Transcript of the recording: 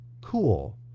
cool